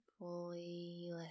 Fully